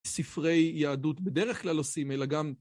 ספרי יהדות בדרך כלל עושים, אלא גם...